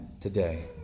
today